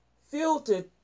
filtered